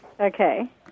Okay